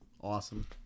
awesome